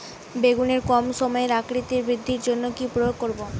বেগুনের কম সময়ে আকৃতি বৃদ্ধির জন্য কি প্রয়োগ করব?